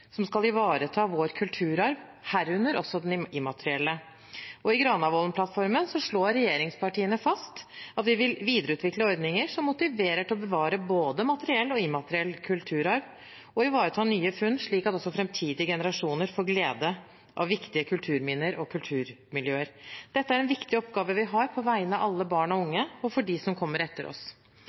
som skal ivareta vår kulturarv, herunder også den immaterielle. I Granavolden-plattformen slår regjeringspartiene fast at vi vil videreutvikle ordninger som motiverer til å bevare både materiell og immateriell kulturarv, og ivareta nye funn slik at også framtidige generasjoner får glede av viktige kulturminner og kulturmiljøer. Dette er en viktig oppgave vi har på vegne av alle barn og unge, og for dem som kommer etter oss.